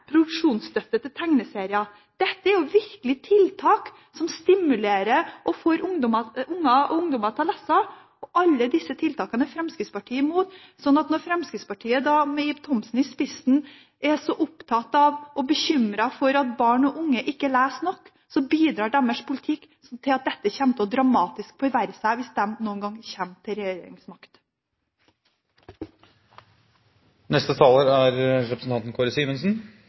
produksjonsstøtte til tegneserier. Dette er virkelig tiltak som stimulerer og får barn og ungdommer til å lese. Alle disse tiltakene er Fremskrittspartiet imot. Fremskrittspartiet, med Ib Thomsen i spissen, er så opptatt av og bekymret for at barn og unge ikke leser nok, men deres politikk bidrar til at dette kommer til å forverre seg dramatisk hvis de noen gang kommer til regjeringsmakt. NRKs rolle og Fremskrittspartiets korstog mot NRK er